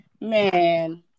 Man